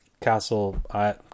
Castle